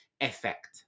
effect